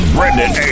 Brendan